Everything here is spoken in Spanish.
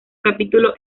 capítulo